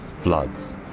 floods